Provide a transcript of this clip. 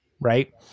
right